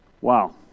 Wow